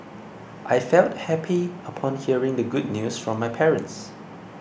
I felt happy upon hearing the good news from my parents